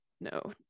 no